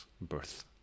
birth